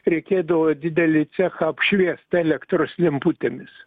reikėdavo didelį cechą apšviest elektros lemputėmis